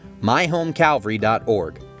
myhomecalvary.org